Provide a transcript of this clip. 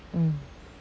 mm